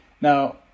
Now